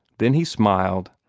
then he smiled,